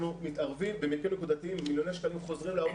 אנחנו מתערבים במקרים נקודתיים ומיליוני שקלים חוזרים להורים